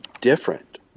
different